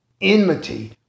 enmity